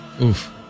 Oof